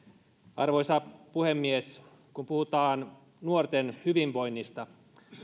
arvoisa puhemies kun puhutaan nuorten hyvinvoinnista myöskin